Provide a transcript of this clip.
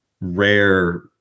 rare